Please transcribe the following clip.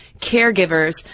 caregivers